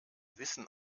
wissen